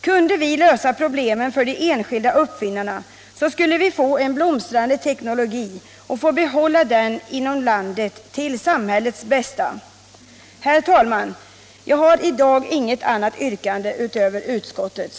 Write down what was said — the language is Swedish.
Kunde vi lösa problemen för de enskilda uppfinnarna skulle vi få en blomstrande teknologi och få behålla den inom landet till samhällets bästa. 3 Herr talman! Jag har i dag inget yrkande utöver utskottets.